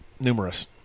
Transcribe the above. numerous